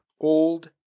old